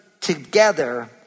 together